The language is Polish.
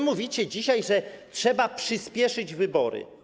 Mówicie dzisiaj, że trzeba przyspieszyć wybory.